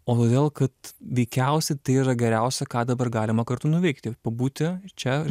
o todėl kad veikiausiai tai yra geriausia ką dabar galima kartu nuveikti pabūti čia ir